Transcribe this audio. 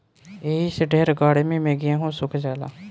एही से ढेर गर्मी मे गेहूँ सुख जाला